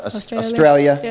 Australia